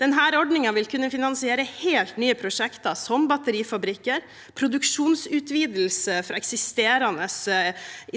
Denne ordningen vil kunne finansiere helt nye prosjekter, som batterifabrikker, produksjonsutvidelse av eksisterende